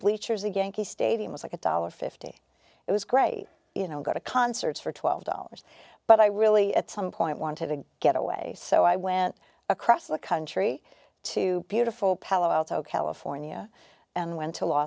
bleachers again the stadium was like a one dollar fifty cents it was great you know go to concerts for twelve dollars but i really at some point wanted to get away so i went across the country to beautiful palo alto california and went to law